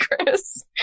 Chris